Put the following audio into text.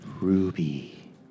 Ruby